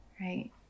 Right